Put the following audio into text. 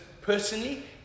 personally